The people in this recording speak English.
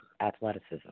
athleticism